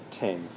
ten